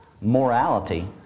morality